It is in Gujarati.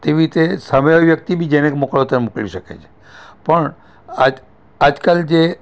તેવી રીતે સામેવાળી વ્યક્તિ બી જેને મોકલવા હોય ત્યાં મોકલી શકે છે પણ આજ આજકાલ જે